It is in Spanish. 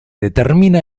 determina